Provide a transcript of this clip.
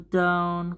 down